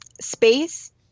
space